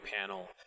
panel